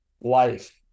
life